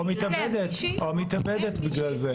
או מתאבדת בגלל זה.